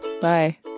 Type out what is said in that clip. Bye